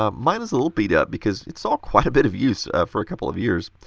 um mine is a little beat up because it saw quite a bit of use for a couple of years.